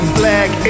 black